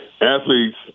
athletes